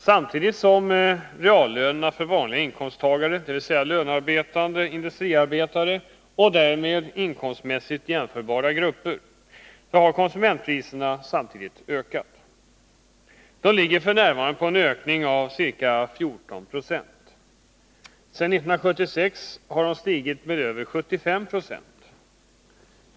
Samtidigt som reallönerna för vanliga inkomsttagare, dvs. lönearbetande industriarbetare och därmed inkomstmässigt jämförbara grupper, har minskat har konsumentpriserna stigit — ökningen ligger f. n. på ca 14 96. Sedan 1976 har konsumentpriserna stigit med över 75 Zo.